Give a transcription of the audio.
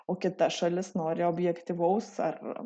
o kita šalis nori objektyvaus ar